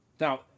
Now